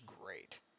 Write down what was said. great